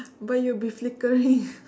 but you'll be flickering